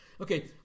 okay